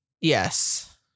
yes